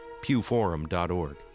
pewforum.org